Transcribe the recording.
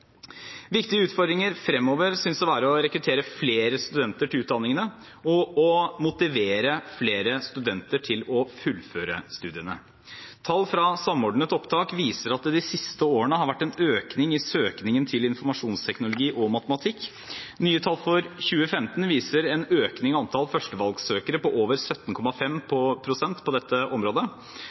Viktige utfordringer fremover synes å være å rekruttere flere studenter til utdanningene og motivere flere studenter til å fullføre studiene. Tall fra Samordna opptak viser at det de siste årene har vært en økning i søkningen til informasjonsteknologi og matematikk. Nye tall for 2015 viser en økning i antall førstevalgsøkere på over 17,5 pst. på dette området.